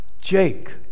Jake